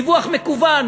דיווח מקוון,